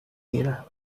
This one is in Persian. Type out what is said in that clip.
گیرم